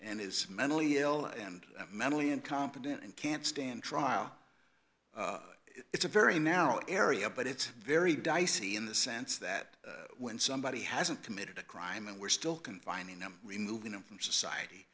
and is mentally ill and mentally incompetent and can't stand trial it's a very narrow area but it's very dicey in the sense that when somebody hasn't committed a crime and we're still confining them removing them from society